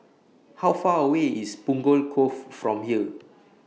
How Far away IS Punggol Cove from here